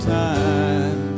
time